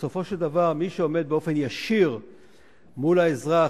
בסופו של דבר מי שעומד באופן ישיר מול האזרח,